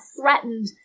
threatened